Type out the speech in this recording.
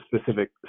specific